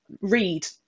read